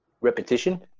repetition